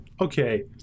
Okay